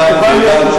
הבנתי.